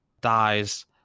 dies